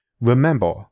Remember